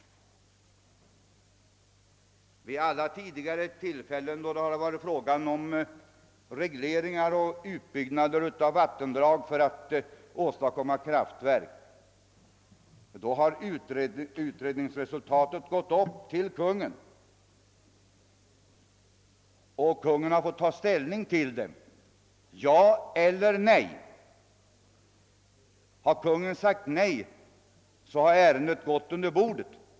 Vid alla tidigare tillfällen, då det varit fråga om regleringar och utbyggnader av vattendrag för att åstadkomma kraftverk, har utredningsresultaten förelagts Kungl. Maj:t, och Kungl. Maj:t har fått ta ställning till dem och säga ja eller nej till förslagen. Har Kungl. Maj:t sagt nej, har frågan om utbyggnad av vattendraget förfallit.